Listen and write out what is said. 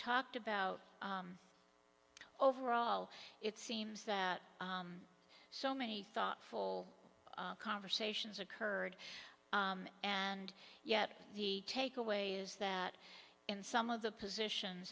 talked about overall it seems that so many thoughtful conversations occurred and yet the takeaway is that in some of the positions